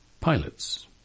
pilots